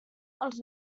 els